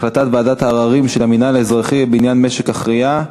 החלטת ועדת העררים של המינהל האזרחי בעניין משק אחיה,